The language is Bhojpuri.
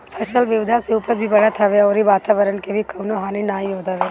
फसल विविधता से उपज भी बढ़त हवे अउरी वातवरण के भी कवनो हानि नाइ होत हवे